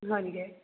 হয় নেকি